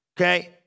Okay